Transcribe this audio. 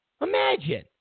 Imagine